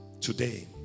Today